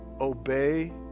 Obey